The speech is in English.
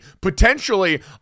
potentially